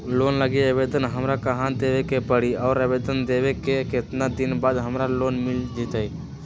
Loan लागी आवेदन हमरा कहां देवे के पड़ी और आवेदन देवे के केतना दिन बाद हमरा लोन मिल जतई?